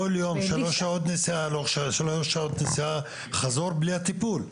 כל יום שלוש שעות נסיעה ושלוש שעות נסיעה חזור בלי הטיפול.